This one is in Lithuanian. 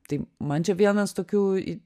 tai man čia vienas tokių